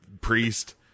priest